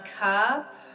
cup